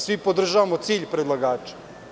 Svi podržavamo cilj predlagača.